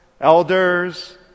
elders